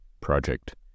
Project